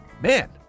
man